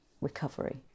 recovery